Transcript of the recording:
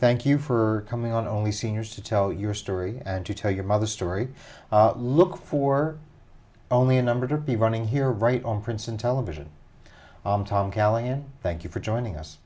thank you for coming on all the seniors to tell your story and to tell your mother story look for only a number to be running here right on princeton television tom callan thank you for joining us